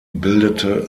bildete